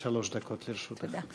עד שלוש דקות לרשותך.